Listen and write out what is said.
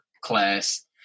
class